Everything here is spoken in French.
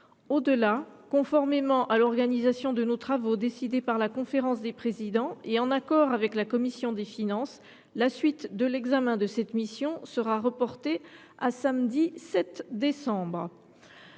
Au delà, conformément à l’organisation de nos travaux décidés par la conférence des présidents et en accord avec la commission des finances, la suite de l’examen de cette mission serait reportée au samedi 7 décembre